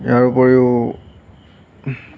ইয়াৰ উপৰিও